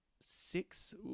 Six